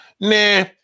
Nah